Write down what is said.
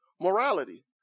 morality